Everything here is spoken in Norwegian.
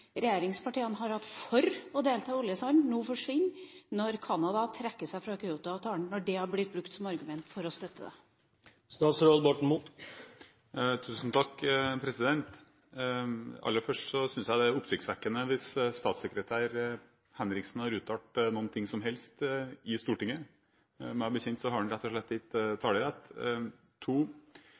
regjeringspartiene har hatt for å delta i oljesand, nå forsvinner når Canada trekker seg fra Kyoto-avtalen, når det har blitt brukt som argument for å støtte det? Aller først, jeg synes det er oppsiktsvekkende hvis statssekretær Henriksen har uttalt noe som helst i Stortinget. Meg bekjent har han rett og slett ikke talerett. Jeg er glad for å få spørsmålet, rett og slett